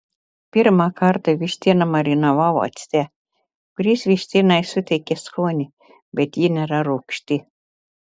pirmą kartą vištieną marinavau acte kuris vištienai suteikia skonį bet ji nėra rūgšti